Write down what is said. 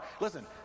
Listen